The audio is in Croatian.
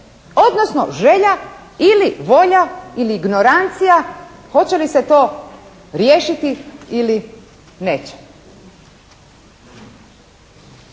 odnosno želja ili volja ili ignorancija hoće li se to riješiti ili neće.